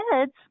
kids